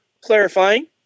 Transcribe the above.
clarifying